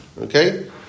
Okay